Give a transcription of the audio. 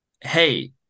Hey